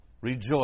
Rejoice